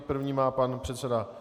První má pan předseda.